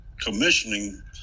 commissioning